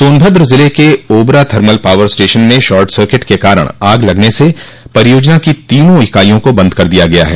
सोनभद्र जिले के Obra thermal power station में शॉट सर्किट के कारण आग लगने से परियोजना की तीनों इकाइयों को बंद कर दिया गया है